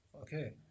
okay